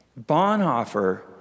Bonhoeffer